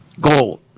gold